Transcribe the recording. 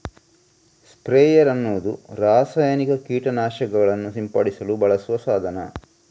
sprayer ಅನ್ನುದು ರಾಸಾಯನಿಕ ಕೀಟ ನಾಶಕಗಳನ್ನ ಸಿಂಪಡಿಸಲು ಬಳಸುವ ಸಾಧನ